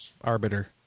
arbiter